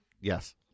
Yes